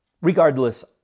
Regardless